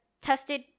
tested